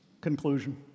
conclusion